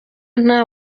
nta